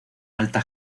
alta